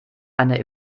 einer